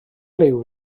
liw